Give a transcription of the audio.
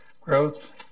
growth